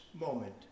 moment